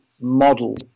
model